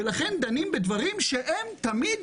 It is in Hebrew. לכן, דנים בדברים שהם תמיד